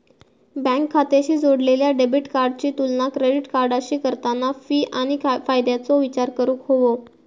bank खात्याशी जोडलेल्या debit कार्डाची तुलना क्रेडिट कार्डाशी करताना फी आणि फायद्याचो विचार करूक हवो